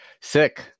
Sick